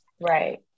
right